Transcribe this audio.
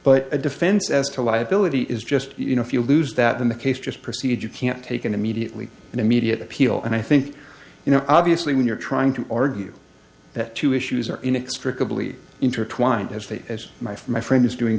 but a defense as to liability is just you know if you lose that then the case just proceed you can't take in immediately an immediate appeal and i think you know obviously when you're trying to argue that two issues are inextricably intertwined as fate as my for my friend is doing